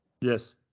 Yes